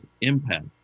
impact